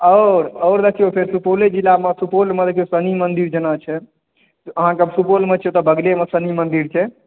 आओर आओर देखिऔ फेर सुपौले जिलामे सुपौलमे जेना शनि मन्दिर छै तऽ अहाँकेँ सुपौलमे छी तऽ बगलेमे शनि मन्दिर छै